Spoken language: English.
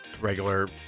Regular